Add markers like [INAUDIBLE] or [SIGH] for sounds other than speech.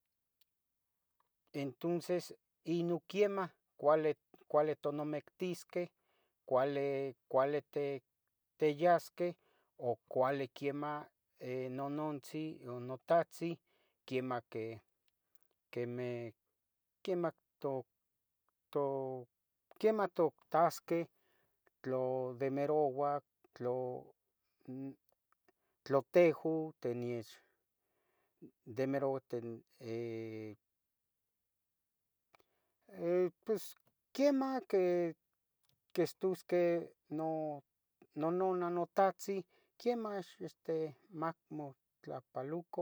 [HESITATION] entunces inon quemah cuali tomonamictisqueh cuali tiyasqueh o cuali quemah nonontzin o notohtzin quemah quemeh quemah totahsqueh tlo demeroua tlo tehun techdemeroua [HESITATION] poes quemah que quistusqueh nononah notahtzin quihtusqueh mamotlahpoluco